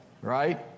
right